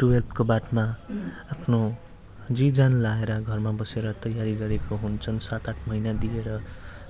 टुएल्भको बादमा आफ्नो जिउज्यान लाएर घरमा बसेर तयारी गरेको हुन्छन् सात आठ महिना दिएर